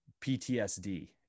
PTSD